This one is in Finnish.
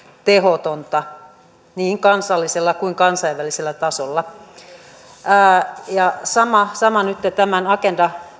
tehotonta niin kansallisella kuin kansainvälisellä tasolla sama on nytten tämän agenda